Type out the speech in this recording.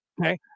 Okay